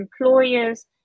employers